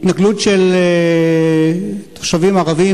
התנכלות של תושבים ערבים.